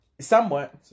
Somewhat